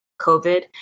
COVID